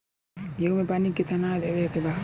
गेहूँ मे पानी कितनादेवे के बा?